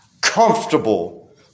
comfortable